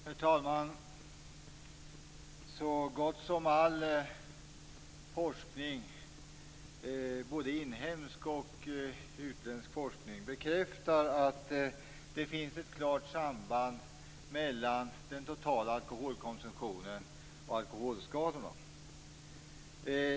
Herr talman! Så gott som all forskning, både inhemsk och utländsk, bekräftar att det finns ett klart samband mellan den totala alkoholkonsumtionen och alkoholskadorna.